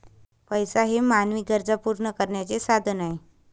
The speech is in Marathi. पैसा हे मानवी गरजा पूर्ण करण्याचे साधन आहे